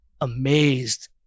amazed